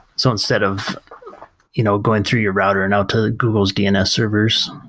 so instead of you know going through your router and out to the google's dns servers,